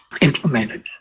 implemented